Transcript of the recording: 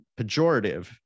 pejorative